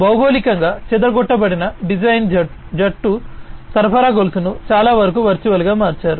భౌగోళికంగా చెదరగొట్టబడిన డిజైన్ జట్లు సరఫరా గొలుసును చాలావరకు వర్చువల్గా మార్చారు